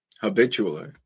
Habitually